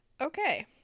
okay